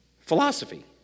philosophy